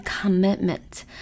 commitment